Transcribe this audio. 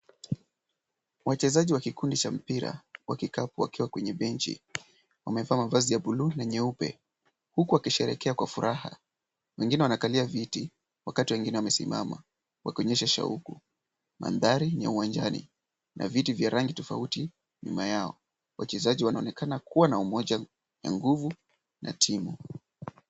Wachezaji wa kikundi cha mpira wa kikapu wakiwa kwenye benchi wamevaa mavazi ya bluu na nyeupe huku wakisherehekea kwa furaha. Wengine wanakalia viti wakati wengine wamesimama wakionyesha shauku. Mandhari ni ya uwanjani na viti vya rangi tofauti nyuma yao. Wachezaji wanaonekana kuwa na umoja na nguvu ya timu.